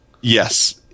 Yes